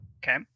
Okay